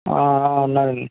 ఉన్నారండి